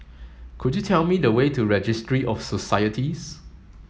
could you tell me the way to Registry of Societies